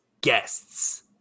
guests